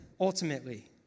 ultimately